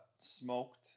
smoked